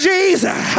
Jesus